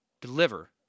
deliver